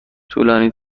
طولانی